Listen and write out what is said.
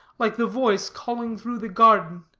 like the voice calling through the garden.